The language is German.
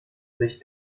sich